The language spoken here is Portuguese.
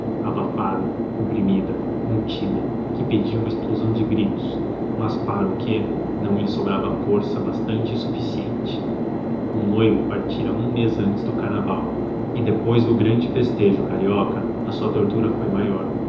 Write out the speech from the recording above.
abafada comprimida contida que pedia uma explosão de gritos mas para o que não lhe sobrava força bastante e suficiente o noivo partira um mês antes do carnaval e depois do grande festejo carioca a sua tortura foi maior